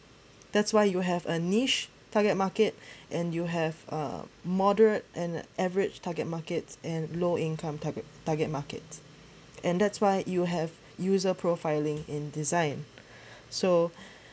that's why you have a niche target market and you have a moderate and average target markets and low income target target market and that's why you have user profiling in design so